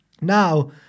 now